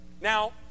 now